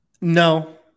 No